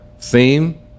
theme